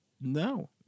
No